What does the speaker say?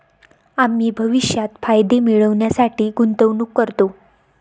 आम्ही भविष्यात फायदे मिळविण्यासाठी गुंतवणूक करतो